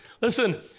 Listen